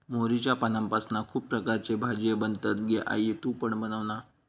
मोहरीच्या पानांपासना खुप प्रकारचे भाजीये बनतत गे आई तु पण बनवना